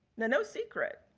no secret.